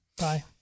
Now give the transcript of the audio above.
Bye